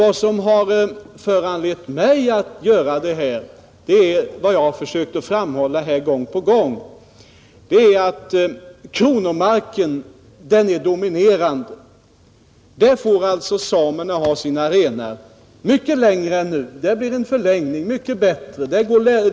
Vad som föranlett mig att framlägga detta förslag är, som jag här gång på gång har försökt framhålla, att kronomarken dominerar, och där får samerna ha sina renar mycket längre än nu. Där blir det en förlängning och en förbättring.